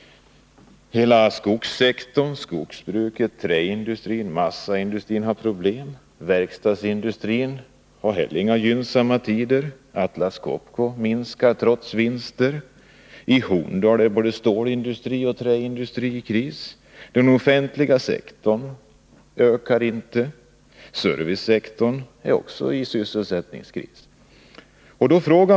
Hela skogssektorn — skogsbruket, träindustrin och massaindustrin — har problem. Verkstadsindustrin har heller inga gynnsamma tider. Atlas Copco minskar, trots vinster. I Horndal befinner sig både stålindustri och träindustri i kris. Den offentliga sektorn ökar inte. Servicesektorn befinner sig också i sysselsättningskris.